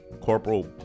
Corporal